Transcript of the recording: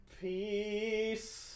Peace